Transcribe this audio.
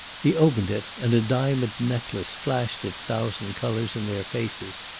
he opened it, and a diamond necklace flashed its thousand colours in their faces.